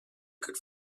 could